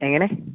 എങ്ങനെ